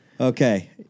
Okay